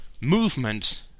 movement